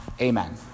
Amen